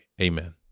Amen